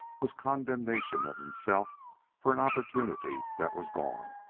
was condemnation of himself for an opportunity that was gone.